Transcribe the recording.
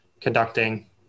conducting